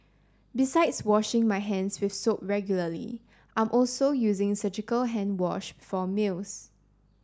besides washing my hands with soap regularly I'm also using surgical hand wash for meals